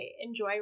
enjoy